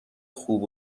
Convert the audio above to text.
خوب